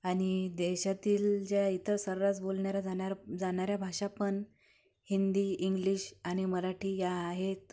आणि देशातील ज्या इतर सर्रास बोलणाऱ्या जाणार जाणाऱ्या भाषा पण हिंदी इंग्लिश आणि मराठी या आहेत